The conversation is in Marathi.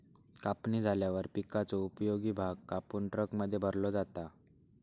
कापणी झाल्यावर पिकाचो उपयोगी भाग कापून ट्रकमध्ये भरलो जाता